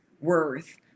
worth